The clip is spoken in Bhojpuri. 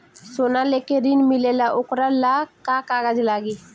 सोना लेके ऋण मिलेला वोकरा ला का कागज लागी?